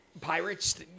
pirates